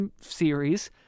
series